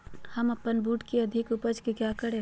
हम अपन बूट की अधिक उपज के क्या करे?